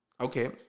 Okay